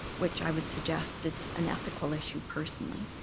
which i would suggest is an ethical issue personally,